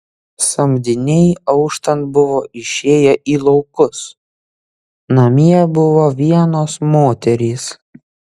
samdiniai auštant buvo išėję į laukus namie buvo vienos moterys